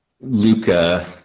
Luca